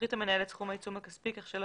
יפחית המנהל את סכום העיצום הכספי כך שלא